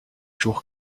jours